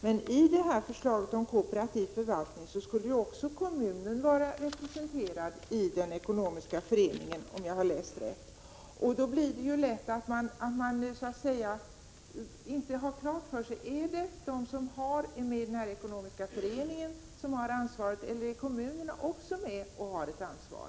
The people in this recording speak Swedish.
Men i förslaget om kooperativ förvaltning skulle ju också kommunen vara representerad i den ekonomiska föreningen, om jag har förstått rätt. Då undrar man om det är de som är med i den ekonomiska föreningen som har ansvaret eller om också kommunen har ett ansvar.